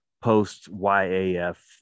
post-YAF